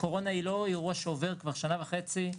קורונה היא לא אירוע שעובר כבר שנה וחצי.